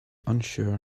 unsure